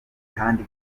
kandi